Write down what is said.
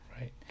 Right